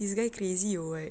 this guy crazy or what